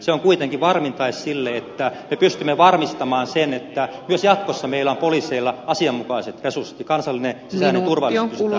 se on kuitenkin varmin tae sille että me pystymme varmistamaan sen että myös jatkossa meillä on poliiseilla asianmukaiset resurssit ja kansallinen sisäinen turvallisuus pystytään hoitamaan